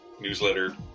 newsletter